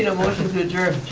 you know motion to adjourn.